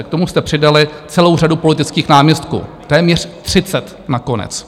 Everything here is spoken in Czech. K tomu jste přidali celou řadu politických náměstků, téměř třicet nakonec.